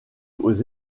aux